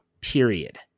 period